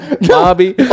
Bobby